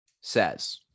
says